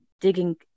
digging